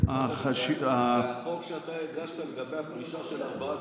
והחוק שאתה הגשת לגבי הפרישה של ארבעה,